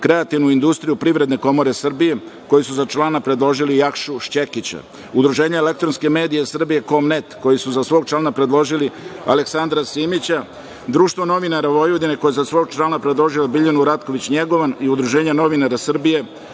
kreativnu industriju PKS, koji su za član predložili Jakšu Šćekića. Udruženje elektronske medije Srbije KOMNET koje su za člana predložili Aleksandra Simića, Društvo novinara Vojvodine koje su za svog člana predložilo Biljanu Ratković Njegovan i Udruženje novinara Srbije